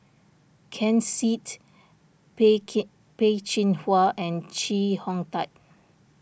Ken Seet Peh Chin Hua and Chee Hong Tat